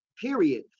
period